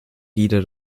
jeder